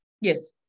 Yes